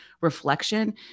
reflection